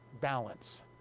balance